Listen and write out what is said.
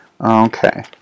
Okay